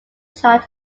chart